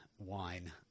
Wine